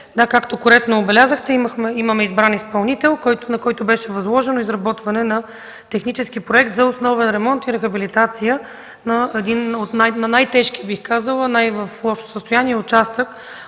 както коректно отбелязахте, имаме избран изпълнител, на който беше възложено изработването на технически проект за основен ремонт и рехабилитация на най-тежкия, в най-лошо състояние участък